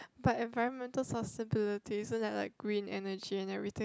but environmental sustainability isn't that like green energy and everything